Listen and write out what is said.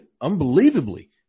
unbelievably